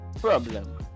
problem